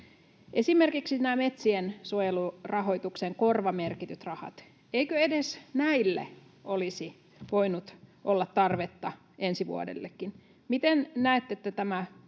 Esimerkiksi nämä metsien suojelurahoituksen korvamerkityt rahat: Eikö edes näille olisi voinut olla tarvetta ensi vuodellekin? Mitä näette, että